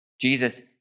Jesus